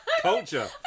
Culture